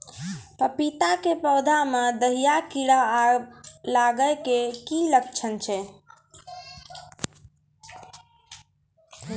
पपीता के पौधा मे दहिया कीड़ा लागे के की लक्छण छै?